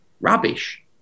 rubbish